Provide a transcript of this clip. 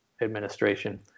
administration